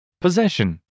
Possession